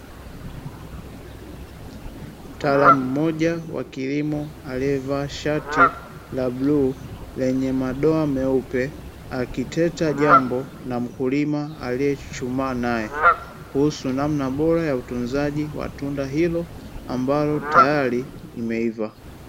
Mtaalamu mmoja wa kilimo aliyevaa shati la bluu lenye madoa meupe, akiteta jambo na mkulima aliyechuchumaa naye kuhusu namna bora ya utunzaji wa zao hilo ambalo tayari limeiva.